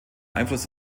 einfluss